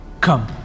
Come